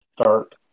start